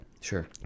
Sure